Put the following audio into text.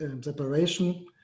separation